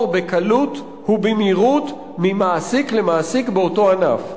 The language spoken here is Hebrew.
בקלות ובמהירות ממעסיק למעסיק באותו ענף.